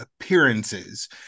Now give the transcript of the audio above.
appearances